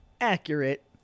accurate